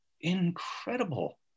incredible